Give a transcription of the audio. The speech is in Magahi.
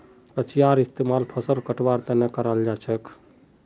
कचियार इस्तेमाल फसल कटवार तने कराल जाछेक